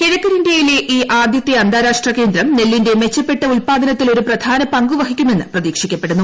കിഴക്കൻ ഇന്ത്യയിലെ ഈ ആദ്യത്തെ അന്താരാഷ്ട്ര കേന്ദ്രം നെല്ലിന്റെ മെച്ചപ്പെട്ട ഉൽപ്പാദനത്തിൽ ഒരു പ്രധാന പങ്ക് വഹിക്കുമെന്ന് പ്രതീക്ഷിക്കപ്പെടുന്നു